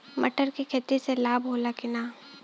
मटर के खेती से लाभ होला कि न?